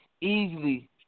easily